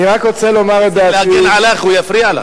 אני אצטרך להגן עלייך, הוא יפריע לך.